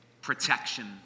protection